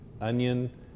onion